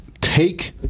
take